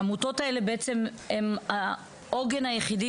והעמותות האלה הן בעצם העוגן היחידי